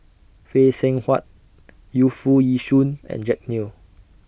Phay Seng Whatt Yu Foo Yee Shoon and Jack Neo